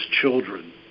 children